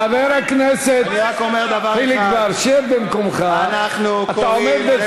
חבר הכנסת חיליק בר, שב במקומך, אתה עומד.